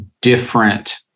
different